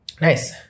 Nice